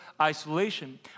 isolation